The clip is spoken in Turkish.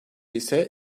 ise